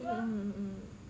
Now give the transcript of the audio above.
mm mm mm